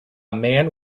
man